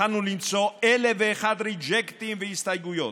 יכולנו למצוא אלף ואחד ריג'קטים והסתייגויות,